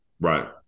Right